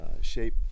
shape